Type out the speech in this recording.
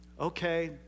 okay